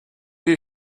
you